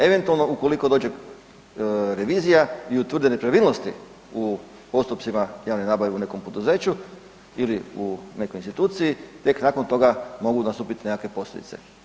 Eventualno ukoliko dođe revizija i utvrdi nepravilnosti u postupcima javne nabave u nekom poduzeću ili u nekoj instituciji tek nakon toga mogu nastupit nekakve posljedice.